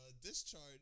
discharge